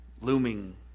looming